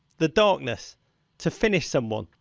the darkness to finish someone,